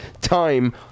time